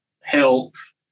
health